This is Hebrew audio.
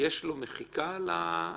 יש לו מחיקה על הרצח?